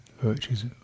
Virtues